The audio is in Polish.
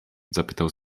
zapytał